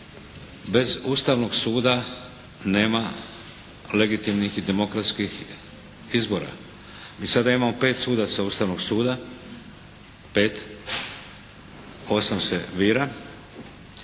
Bez Ustavnog suda nema legitimnih i demokratskih izbora. Mi sada imamo pet sudaca Ustavnog suda, pet, osam se bira.